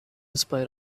spite